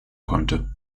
konnte